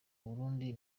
burundi